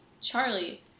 Charlie